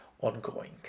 ongoing